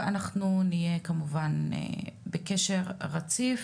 ואנחנו נהיה כמובן בקשר רציף.